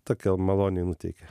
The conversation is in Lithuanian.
tokia maloniai nuteikia